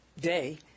day